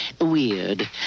weird